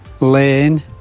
Lane